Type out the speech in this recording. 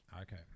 Okay